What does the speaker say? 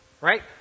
right